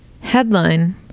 Headline